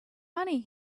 money